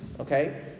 Okay